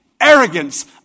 arrogance